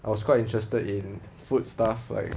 I was quite interested in food stuff like